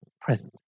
present